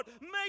make